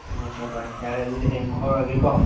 ꯑꯣ ꯍꯣꯏ ꯍꯣꯏ ꯌꯥꯔꯦ ꯑꯗꯨꯗꯤ ꯍꯌꯦꯡ ꯐꯥꯎꯔꯛꯑꯒꯦꯀꯣ